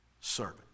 servant